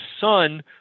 son